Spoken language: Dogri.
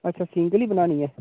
अच्छा सिंगल ई बनानी ऐ